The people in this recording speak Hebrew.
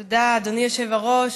תודה, אדוני היושב-ראש.